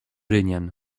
rynien